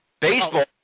baseball